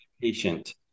patient